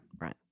right